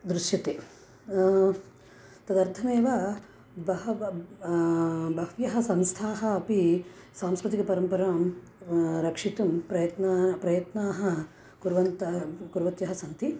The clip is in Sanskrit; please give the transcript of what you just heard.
दृश्यते तदर्थमेव बहवः बह्व्यः संस्थाः अपि सांस्कृतिकपरम्परां रक्षितुं प्रयत्नः प्रयत्नाः कुर्वन्तः कुर्वत्यः सन्ति